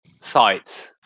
sites